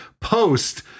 post